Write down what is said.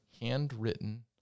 handwritten